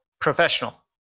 professional